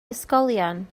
ysgolion